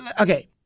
okay